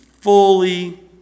fully